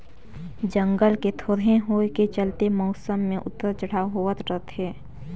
जंगल के थोरहें होए के चलते मउसम मे उतर चढ़ाव होवत रथे